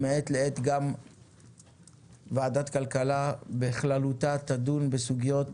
מעת לעת גם ועדת הכלכלה בכללותה תדון בסוגיות